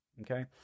okay